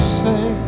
say